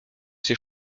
ces